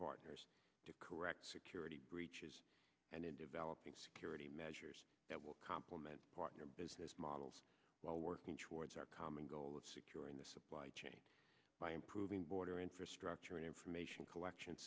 partners to correct security breaches and in developing security measures that will complement your business models while working towards our common goal of securing the supply chain by improving border infrastructure and information collection